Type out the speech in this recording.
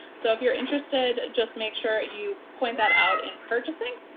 so if you're interested just make sure you point that out in purchasing.